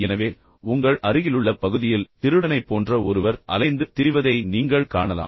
எனவே உங்கள் அருகிலுள்ள பகுதியில் திருடனைப் போன்ற ஒருவர் அலைந்து திரிவதை நீங்கள் காணலாம்